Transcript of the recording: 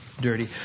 dirty